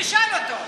תשאל אותו.